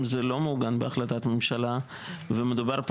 אם זה לא מעוגן בהחלטת ממשלה ומדובר פה